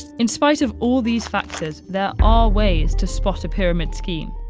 in spite of all these factors, there are ways to spot a pyramid scheme.